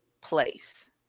place